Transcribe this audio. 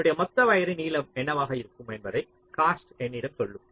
என்னுடைய மொத்த வயர்ரின் நீளம் என்னவாக இருக்கும் என்பதை காஸ்ட் என்னிடம் சொல்லும்